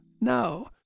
no